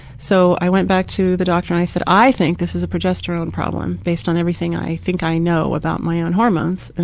so, i went back to the doctor and said, i think this is a progesterone problem based on everything i think i know about my own hormones. and